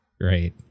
Great